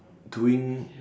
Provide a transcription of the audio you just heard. doing